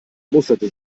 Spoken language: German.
musterte